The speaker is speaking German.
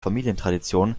familientradition